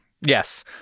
Yes